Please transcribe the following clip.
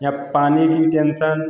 या पानी की टेन्सन